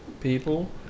people